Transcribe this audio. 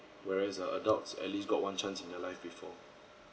whereas uh adults at least got one chance in their life before